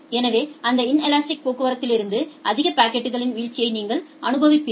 எனவே அந்த இன்லஸ்ட்டிக் போக்குவரத்திலிருந்து அதிக பாக்கெட்கள் வீழ்ச்சியை நீங்கள் அனுபவிப்பீர்கள்